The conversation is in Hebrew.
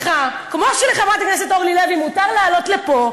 כמו שלחברת הכנסת אורלי לוי מותר לעלות פה,